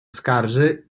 skarży